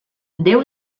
déu